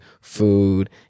food